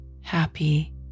happy